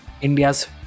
India's